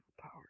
power